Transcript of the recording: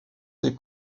des